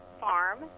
farm